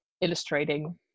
illustrating